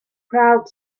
crowd